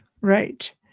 Right